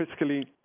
fiscally